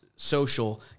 social